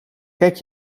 kijk